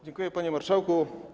Dziękuję, panie marszałku.